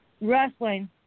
wrestling